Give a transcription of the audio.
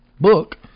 book